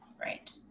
Right